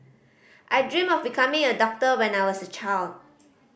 I dreamt of becoming a doctor when I was a child